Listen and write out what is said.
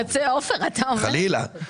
חלילה,